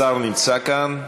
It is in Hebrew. השר נמצא כאן?